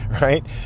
right